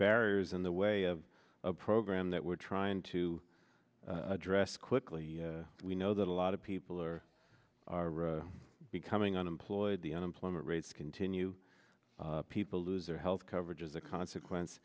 barriers in the way of a program that we're trying to address quickly we know that a lot of people are becoming unemployed the unemployment rates continue people lose their health coverage as a consequence